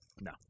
No